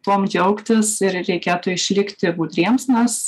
tuom džiaugtis ir reikėtų išlikti budriems nes